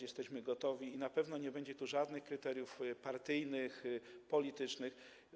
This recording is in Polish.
Jesteśmy gotowi i na pewno nie będzie tu żadnych kryteriów partyjnych, politycznych.